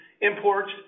imports